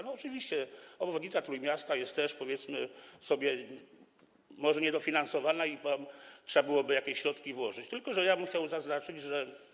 No, oczywiście obwodnica Trójmiasta jest może też, powiedzmy sobie, niedofinansowana i tam trzeba byłoby jakieś środki włożyć, tylko że ja bym chciał zaznaczyć, że.